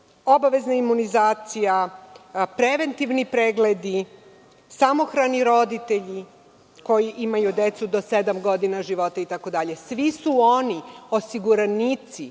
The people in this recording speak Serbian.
obavezna imunizacija, preventivni pregledi, samohrani roditelji koji imaju do sedam godina života itd. Svi su oni osiguranici.